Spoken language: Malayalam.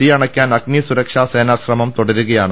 തീ അണയ്ക്കാൻ അഗ്നിസുരക്ഷാ സേന ശ്രമം തുടരുകയാണ്